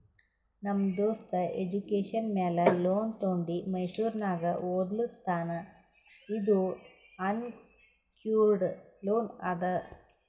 ನಮ್ ದೋಸ್ತ ಎಜುಕೇಷನ್ ಮ್ಯಾಲ ಲೋನ್ ತೊಂಡಿ ಮೈಸೂರ್ನಾಗ್ ಓದ್ಲಾತಾನ್ ಇದು ಅನ್ಸೆಕ್ಯೂರ್ಡ್ ಲೋನ್ ಅದಾ